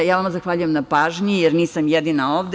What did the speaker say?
Ja vam zahvaljujem na pažnji, jer nisam jedina ovde.